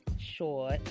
short